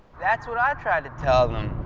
that's what i tried to tell them.